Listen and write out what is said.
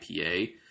IPA